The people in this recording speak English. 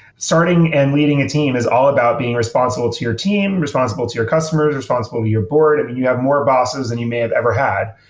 starting and leading a team is all about being responsible to your team, responsible to your customers, responsible to your board. i mean, you have more bosses than you may have ever had.